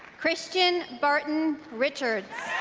christian barton richards